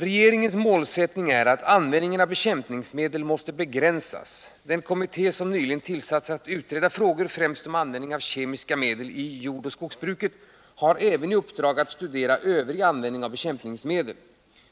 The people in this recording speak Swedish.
Regeringens målsättning är att användningen av bekämpningsmedel måste begränsas. Den kommitté som nyligen tillsatts för att utreda frågor främst om användningen av kemiska medel i jordoch skogsbruket har även i uppdrag att studera övrig användning av bekämpningsmedel.